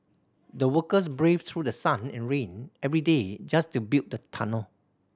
the workers braved through the sun and rain every day just to build the tunnel